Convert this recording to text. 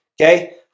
Okay